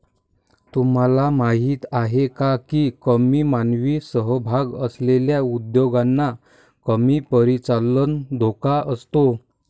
तुम्हाला माहीत आहे का की कमी मानवी सहभाग असलेल्या उद्योगांना कमी परिचालन धोका असतो?